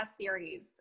series